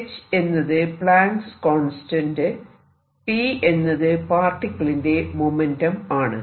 h എന്നത് Planck's constant Planck's constant p എന്നത് പാർട്ടിക്കിളിന്റെ മൊമെന്റം ആണ്